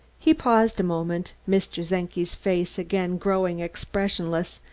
he paused a moment. mr. czenki's face, again growing expressionless,